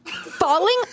falling